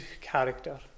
character